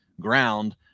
ground